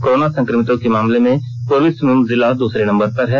corona संक्रमितों के मामले में पूर्वी सिंहभूम जिला दूसरे नंबर पर है